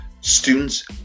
students